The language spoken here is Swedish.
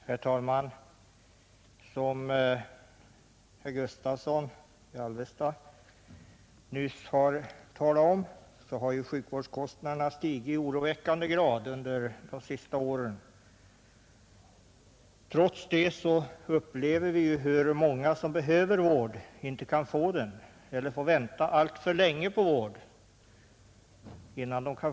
Herr talman! Som herr Gustavsson i Alvesta nyss sade har sjukvårdskostnaderna stigit i oroväckande takt under de senaste åren. Trots det upplever vi att många människor som behöver vård inte kan få eller måste vänta alltför länge på vård.